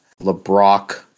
LeBrock